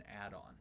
add-on